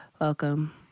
welcome